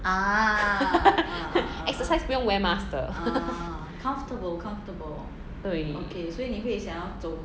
exercise 不用 wear mask 的对